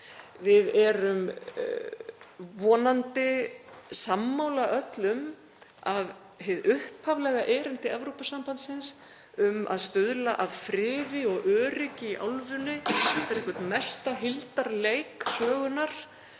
Við erum vonandi öll sammála um hið upphaflega erindi Evrópusambandsins um að stuðla að friði og öryggi í álfunni eftir einhvern mesta hildarleik sögunnar